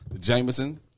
Jameson